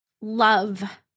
love